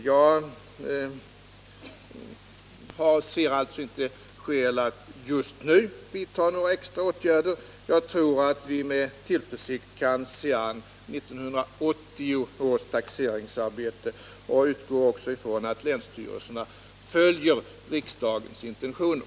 Jag ser alltså inte skäl att just nu vidta några extra åtgärder. Jag tror att vi med tillförsikt kan se an 1980 års taxeringsarbete. Jag utgår också från att länsstyrelserna följer riksdagens intentioner.